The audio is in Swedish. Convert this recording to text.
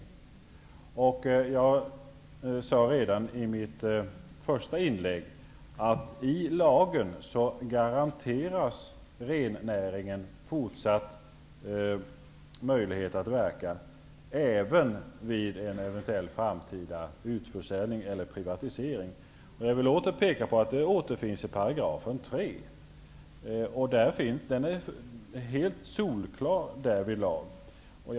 Beträffande rennäringen sade jag redan i mitt första inlägg att den i lagen garanteras fortsatta möjligheter att verka, även vid en eventuell framtida utförsäljning eller privatisering. Men jag vill åter peka på 3 §. Den är helt solklar därvidlag.